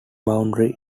boundary